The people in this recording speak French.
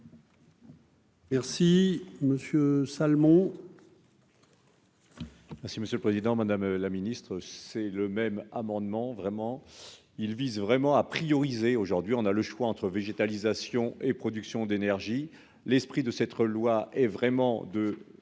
Merci Monsieur Salmon.